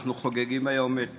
אנחנו חוגגים היום את